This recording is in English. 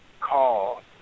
call